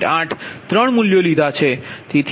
8 ત્રણ મૂલ્યો લીધા છે